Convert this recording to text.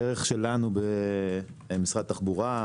הדרך שלנו במשרד התחבורה,